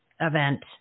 event